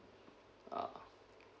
ah